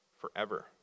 forever